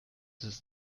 his